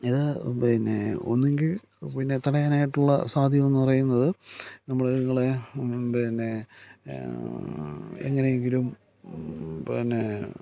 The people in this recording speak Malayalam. ഇത് പിന്നെ ഒന്നുകിൽ പിന്നെ തടയാനായിട്ടുള്ള സാഹചര്യമെന്നുപറയുന്നത് നമ്മൾ ഇതുങ്ങളെ പിന്നെ എങ്ങനെയെങ്കിലും പിന്നെ